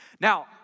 Now